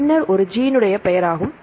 பின்னர் ஒரு ஜீனுடைய பெயர் ஆகும்